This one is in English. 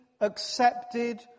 accepted